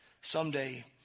Someday